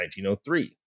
1903